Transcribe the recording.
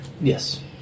Yes